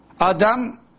Adam